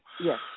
Yes